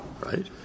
right